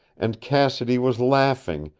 and cassidy was laughing,